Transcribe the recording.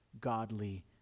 godly